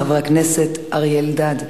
חבר הכנסת אריה אלדד,